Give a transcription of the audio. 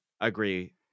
agree